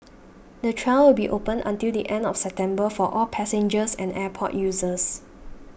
the trial will be open until the end of September for all passengers and airport users